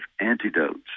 antidotes